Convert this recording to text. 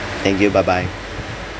thank you bye bye